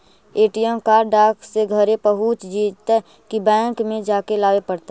ATM card डाक से घरे पहुँच जईतै कि बैंक में जाके लाबे पड़तै?